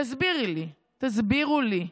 תסבירי לי, תסבירו לי,